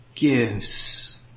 gives